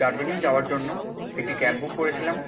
দার্জিলিং যাওয়ার জন্য একটি ক্যাব বুক করেছিলাম